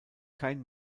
kein